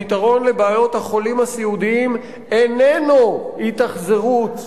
הפתרון לבעיות החולים הסיעודיים, איננו התאכזרות,